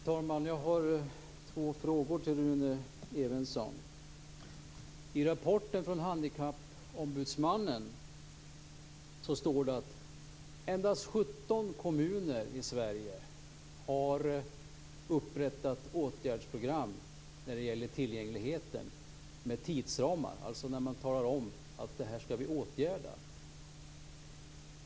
Fru talman! Jag har två frågor till Rune Evensson. I rapporten från Handikappombudsmannen står det att endast 17 kommuner i Sverige har upprättat åtgärdsprogram när det gäller tillgängligheten med tidsramar, dvs. att man talar om att man skall åtgärda något.